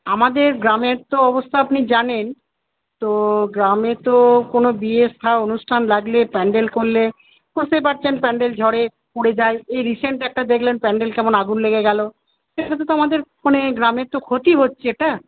আমাদের গ্রামের তো অবস্থা আপনি জানেন তো গ্রামে তো কোনও বিয়ে থা অনুষ্ঠান লাগলে প্যান্ডেল করলে বুঝতেই পারছেন প্যান্ডেল ঝড়ে উড়ে যায় এই রিসেন্ট একটা দেখলেন প্যান্ডেল কেমন আগুন লেগে গেল তো সেটা তো আমাদের মানে গ্রামের তো ক্ষতি হচ্ছে না